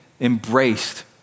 embraced